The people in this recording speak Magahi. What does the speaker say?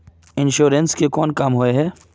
इंश्योरेंस के कोन काम होय है?